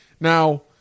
Now